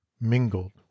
mingled